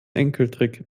enkeltrick